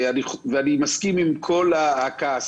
אני מסכים עם הכעס,